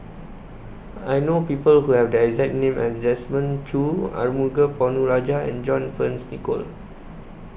I know People Who Have The exact name as Desmond Choo Arumugam Ponnu Rajah and John Fearns Nicoll